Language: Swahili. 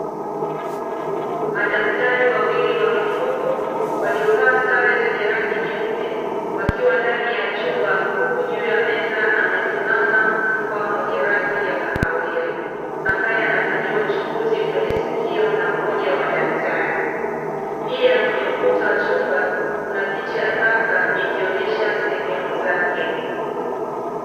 Madaktari wawili wa mifugo waliovaa sare zenye rangi nyeupe wakiwa ndani ya chumba huku juu ya meza amesimama mbwa mwenye rangi ya kahawia, ambaye anafanyiwa uchunguzi kwenye sikio na mmoja wa madaktari. Pia kwenye ukuta wa chumba kuna picha ya paka ikionyesha sehemu zake.